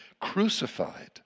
crucified